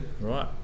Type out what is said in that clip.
right